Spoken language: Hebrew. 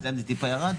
אצלם זה טיפה ירד,